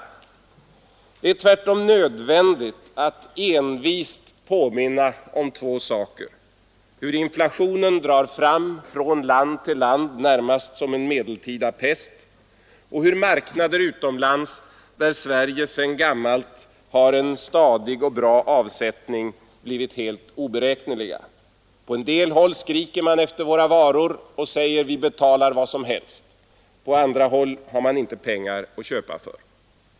Det är tvärtom nödvändigt att envist påminna om två saker: hur inflationen drar fram från land till land närmast som en medeltida pest och hur marknader utomlands, där Sverige sedan gammalt har en stadig och bra avsättning, blivit oberäkneliga. På en del håll skriker man efter våra varor och säger: Vi betalar vad som helst. På andra håll har man inte pengar att köpa för.